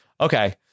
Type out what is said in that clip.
Okay